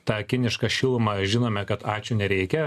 tą kinišką šilumą žinome kad ačiū nereikia